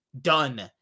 done